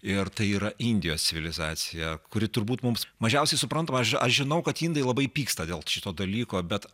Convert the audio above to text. ir tai yra indijos civilizacija kuri turbūt mums mažiausiai suprantama aš aš žinau kad indai labai pyksta dėl šito dalyko bet